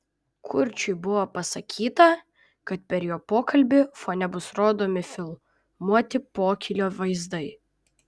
kurčiui buvo pasakyta kad per jo pokalbį fone bus rodomi filmuoti pokylio vaizdai